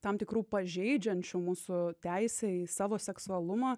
tam tikrų pažeidžiančių mūsų teisę į savo seksualumą